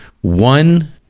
One